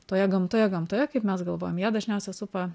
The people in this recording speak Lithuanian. toje gamtoje gamtoje kaip mes galvojam ją dažniausia supa